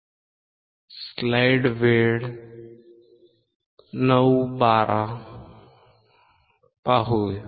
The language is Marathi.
आता पुढच्याकडे जाऊया